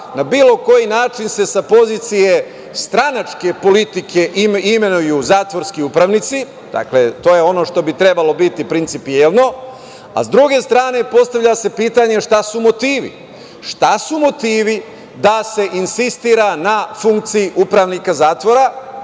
na bilo koji način se sa pozicije stranačke politike imenuju zatvorski upravnici. To je ono što bi trebalo biti principijelno, a sa druge strane, postavlja se pitanje šta su motivi? Šta su motivi da se insistira na funkciji upravnika zatvora,